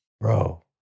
Bro